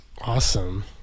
Awesome